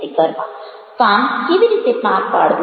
કામ કેવી રીતે પાર પાડવું